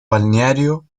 balneario